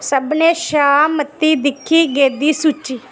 सभनें शा मती दिक्खी गेदी सूची